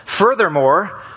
Furthermore